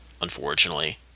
unfortunately